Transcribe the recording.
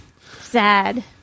Sad